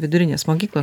vidurinės mokyklos